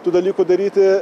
tų dalykų daryti